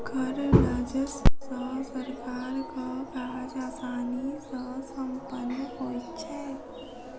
कर राजस्व सॅ सरकारक काज आसानी सॅ सम्पन्न होइत छै